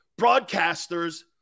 broadcasters